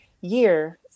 year